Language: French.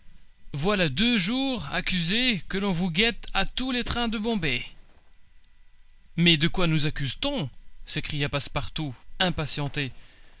voilà deux jours accusés que l'on vous guette à tous les trains de bombay mais de quoi nous accuse t on s'écria passepartout impatienté